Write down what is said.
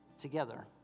together